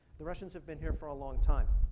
the russians have been here for a long time.